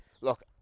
look